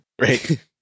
Right